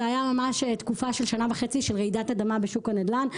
זה היה ממש תקופה של שנה וחצי של רעידת אדמה בשוק הנדל"ן.